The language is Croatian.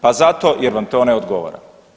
Pa zato jer vam to ne odgovara.